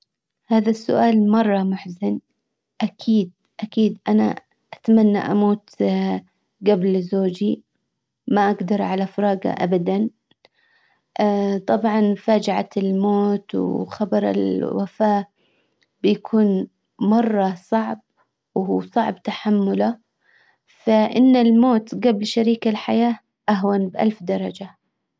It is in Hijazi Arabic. هذا السؤال مرة محزن اكيد اكيد انا اتمنى اموت جبل زوجي ما اقدر على فراجه ابدا طبعا فاجعة الموت وخبر الوفاة بيكون مرة صعب صعب تحمله فان الموت قبل شريك الحياة اهون بالف درجة.